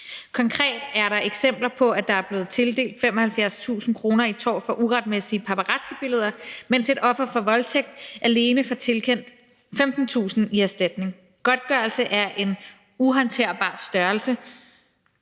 Konkret er der eksempler på, at der er blevet tildelt 75.000 kr. i tortgodtgørelse for uretmæssige paparazzibilleder, mens et offer for voldtægt alene får tilkendt 15.000 kr. i erstatning. Men godtgørelse er en uhåndterbar størrelse,